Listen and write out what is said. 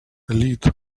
lit